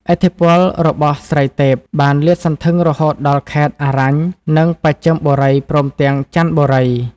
ឥទ្ធិពលរបស់ស្រីទេពបានលាតសន្ធឹងរហូតដល់ខេត្ត អរញ្ញ និង បស្ចឹមបូរីព្រមទាំង ច័ន្ទបូរី ។